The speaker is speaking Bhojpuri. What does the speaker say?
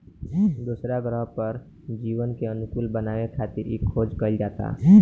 दोसरा ग्रह पर जीवन के अनुकूल बनावे खातिर इ खोज कईल जाता